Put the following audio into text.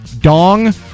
Dong